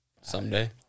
someday